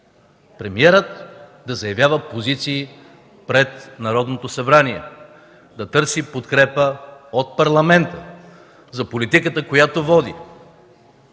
премиерът да заявява позиции пред Народното събрание, да търси подкрепа от Парламента за политиката, която води.